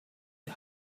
die